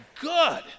Good